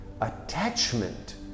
Attachment